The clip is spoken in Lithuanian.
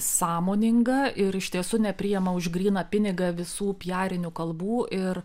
sąmoninga ir iš tiesų nepriima už gryną pinigą visų piarinių kalbų ir